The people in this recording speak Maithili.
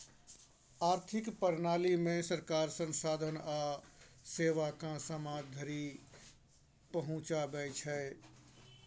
आर्थिक प्रणालीमे सरकार संसाधन आ सेवाकेँ समाज धरि पहुंचाबै छै